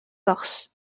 corse